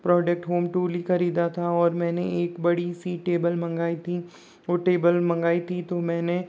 product home tool ही खरीदा था और मैंने एक बड़ी सी टेबल मंगाई थी और टेबल मंगाई थी तो मैंने